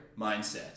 mindset